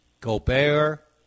Gobert